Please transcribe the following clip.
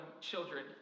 children